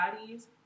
bodies